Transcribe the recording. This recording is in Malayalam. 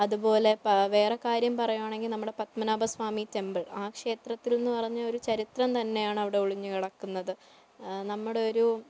അതുപോലെ പ വേറെ കാര്യം പറയുവാണെങ്കിൽ നമ്മുടെ പത്മനാഭസ്വാമി ടെമ്പിൾ ആ ക്ഷേത്രത്തിൽ എന്ന് പറഞ്ഞാൽ ഒരു ചരിത്രം തന്നെയാണ് അവിടെ ഒഴിഞ്ഞു കിടക്കുന്നത് നമ്മുടെ ഒരു